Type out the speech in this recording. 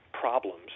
problems